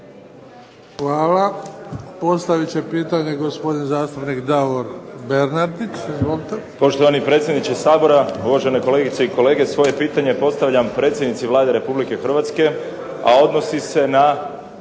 Hvala. Postavit će pitanje gospodin zastupnik Davor Bernardić.